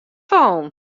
fallen